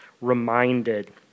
reminded